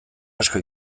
asko